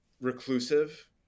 reclusive